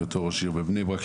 עוד בהיותו ראש עיר בבני ברק,